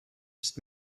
ist